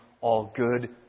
all-good